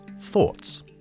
thoughts